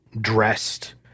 dressed